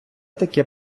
таке